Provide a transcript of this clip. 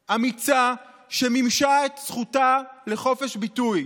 אמיצה, שמימשה את זכותה לחופש ביטוי.